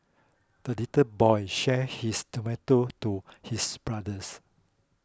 the little boy shared his tomato to his brothers